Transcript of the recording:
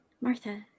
Martha